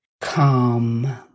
calm